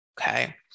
okay